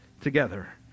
together